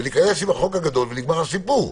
ולהיכנס עם החוק הגדול ונגמר הסיפור.